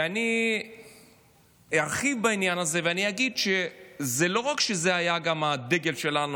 ואני ארחיב בעניין הזה ואגיד שלא רק שזה היה הדגל שלנו,